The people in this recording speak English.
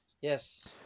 Yes